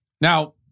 Now